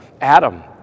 Adam